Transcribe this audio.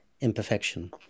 imperfection